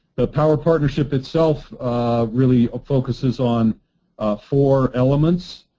the power partnership itself really focuses on four elements.